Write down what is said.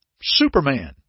Superman